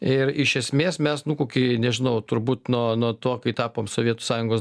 ir iš esmės mes nu kokį nežinau turbūt nuo nuo to kai tapom sovietų sąjungos